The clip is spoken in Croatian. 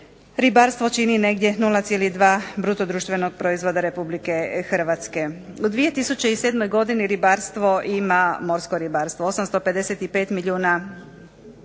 Ribarstvo čini negdje 0,2 bruto društvenog proizvoda RH. U 2007. godini morsko ribarstvo ima 855 milijuna